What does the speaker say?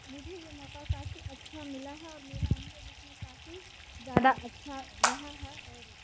मुझे यह मौका काफ़ी अच्छा मिला है और मेरा अनुभव इसमें काफ़ी ज़्यादा अच्छा रहा है और